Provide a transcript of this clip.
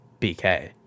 BK